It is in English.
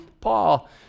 Paul